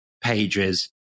pages